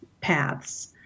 paths